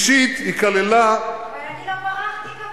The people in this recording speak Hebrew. שלישית, היא כללה, אבל אני לא ברחתי כמוך.